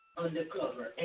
undercover